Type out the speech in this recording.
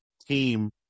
team